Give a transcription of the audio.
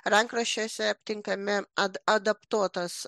rankraščiuose aptinkami ad adaptuotas